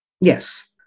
Yes